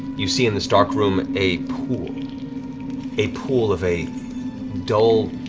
you see in this dark room a pool a pool of a dull,